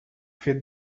fet